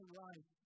life